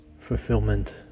fulfillment